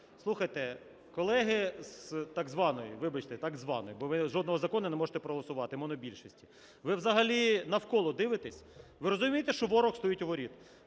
Слухайте, колеги з так званої, вибачте, так званої, бо ви жодного закону не можете проголосувати, монобільшість. Ви взагалі навколо дивитесь? Ви розумієте, що ворог стоїть у воріт?